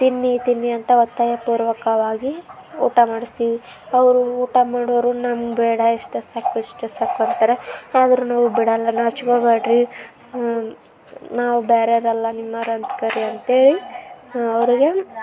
ತಿನ್ನಿ ತಿನ್ನಿ ಅಂತ ಒತ್ತಾಯಪೂರ್ವಕವಾಗಿ ಊಟ ಮಾಡಿಸ್ತೀವಿ ಅವರು ಊಟ ಮಾಡೋರು ನಮ್ಗೆ ಬೇಡ ಇಷ್ಟೇ ಸಾಕು ಇಷ್ಟೇ ಸಾಕು ಅಂತಾರೆ ಆದರೂ ನಾವು ಬಿಡೋಲ್ಲ ನಾಚ್ಕೊಬೇಡ್ರಿ ನಾವು ಬೇರೆಯವ್ರಲ್ಲ ನಿಮ್ಮೋರು ಅಂತ ಕರಿ ಅಂತೇಳಿ ಅವ್ರಿಗೆ